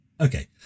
Okay